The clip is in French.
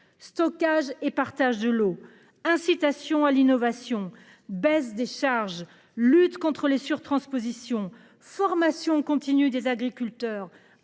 stockage et partage de l'eau, incitation à l'innovation, baisse des charges, lutte contre les surtranspositions, formation continue des agriculteurs